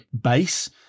base